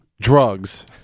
drugs